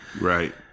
right